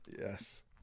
Yes